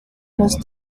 los